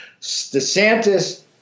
DeSantis